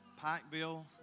Pikeville